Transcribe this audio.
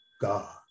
God